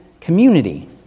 community